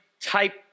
type